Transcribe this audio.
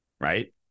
right